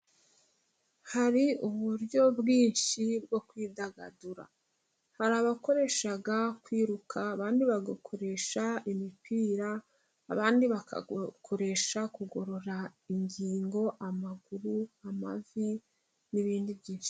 Hari uburyo bwinshi bwo kwidagadura. Hari abakoresha kwiruka, abandi bagakoresha imipira, abandi bagakoresha kugorora ingingo, amaguru, amavi, n'ibindi byinshi.